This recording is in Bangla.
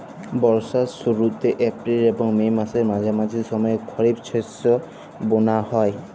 বর্ষার শুরুতে এপ্রিল এবং মে মাসের মাঝামাঝি সময়ে খরিপ শস্য বোনা হয়